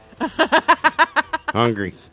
Hungry